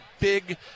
big